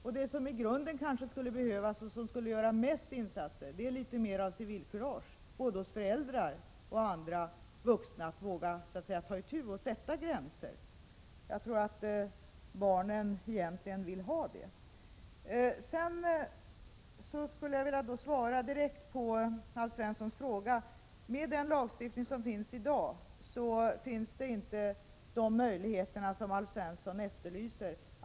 Vad som i grunden kanske skulle behövas och som kanske skulle göra mest nytta är att både föräldrar och andra vuxna visar litet mer civilkurage. De måste våga ta itu med detta och sätta gränser. Jag tror att barnen egentligen vill ha det så. Sedan skulle jag som ett direkt svar till Alf Svensson vilja säga att man med den lagstiftning som finns i dag inte har de möjligheter som Alf Svensson efterlyser.